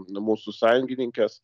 mūsų sąjungininkės